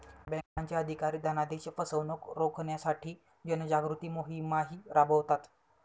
बँकांचे अधिकारी धनादेश फसवणुक रोखण्यासाठी जनजागृती मोहिमाही राबवतात